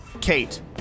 Kate